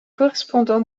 correspondant